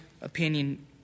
opinion